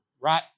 right